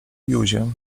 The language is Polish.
józię